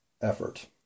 effort